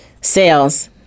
Sales